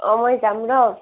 অঁ মই যাম ৰ